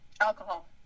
alcohol